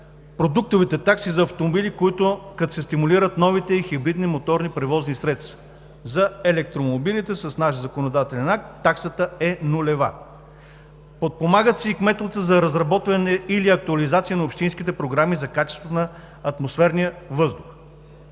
продуктовите такси за автомобили, като се стимулират новите хибридни моторни превозни средства. С наш законодателен акт таксата е нулева. Подпомагат се и кметовете за разработване или актуализация на общинските програми за качеството на атмосферния въздух.